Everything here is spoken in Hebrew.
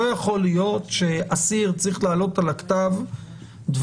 לא יכול להיות שאסיר צריך להעלות על הכתב דברים,